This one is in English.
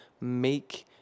make